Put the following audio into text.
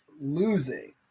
losing